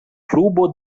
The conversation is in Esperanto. klubo